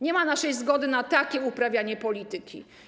Nie ma naszej zgody na takie uprawianie polityki.